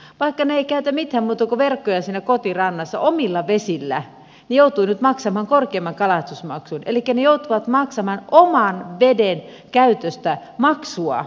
vaikka he eivät käytä mitään muuta kuin verkkoja siinä kotirannassa omilla vesillä he joutuvat nyt maksamaan korkeamman kalastusmaksun elikkä he joutuvat maksamaan oman veden käytöstä maksua